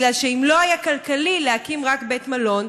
כי אם לא היה כלכלי להקים רק בית-מלון,